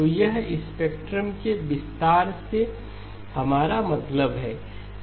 तो यह स्पेक्ट्रम के विस्तार से हमारा मतलब है